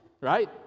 right